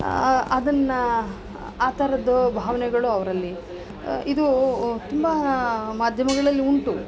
ಅದನ್ನು ಆ ಥರದ್ದು ಭಾವನೆಗಳು ಅವರಲ್ಲಿ ಇದು ತುಂಬ ಮಾಧ್ಯಮಗಳಲ್ಲಿ ಉಂಟು